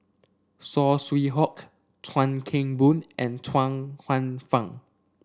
Saw Swee Hock Chuan Keng Boon and Chuang Hsueh Fang